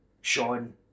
Sean